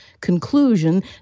conclusion